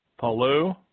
Palu